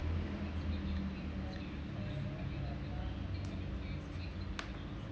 me